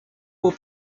will